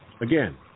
Again